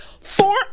four